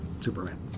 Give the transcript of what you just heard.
Superman